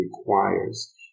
requires